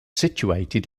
situated